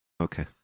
Okay